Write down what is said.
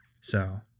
So-